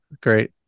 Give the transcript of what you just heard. great